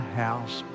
house